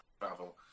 travel